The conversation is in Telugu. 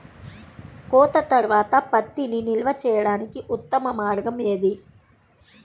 కోత తర్వాత పత్తిని నిల్వ చేయడానికి ఉత్తమ మార్గం ఏది?